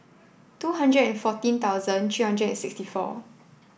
two hundred and fourteen thousand three hundred and sixty four